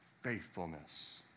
faithfulness